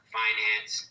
finance